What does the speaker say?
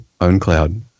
OwnCloud